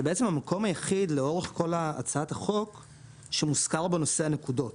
זה בעצם המקום היחיד לאורך כל הצעת החוק שמוזכר בו נושא הנקודות.